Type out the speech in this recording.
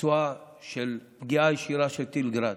פצועה מפגיעה ישירה מטיל גראד.